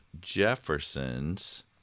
Jefferson's